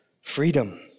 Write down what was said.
Freedom